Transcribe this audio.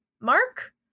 Mark